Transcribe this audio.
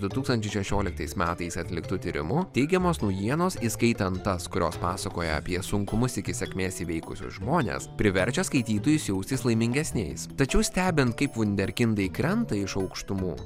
du tūkstančiai šešioliktais metais atliktu tyrimu teigiamos naujienos įskaitant tas kurios pasakoja apie sunkumus iki sėkmės įveikusius žmones priverčia skaitytojus jaustis laimingesniais tačiau stebint kaip vunderkindai krenta iš aukštumų